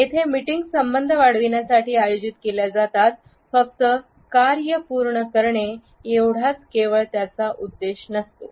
येथे मीटिंग संबंध वाढविण्यासाठी आयोजित केल्या जातात फक्तकार्य पूर्ण करणे एवढच केवळ त्याचा उद्देश नसतो